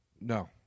No